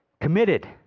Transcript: Committed